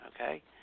okay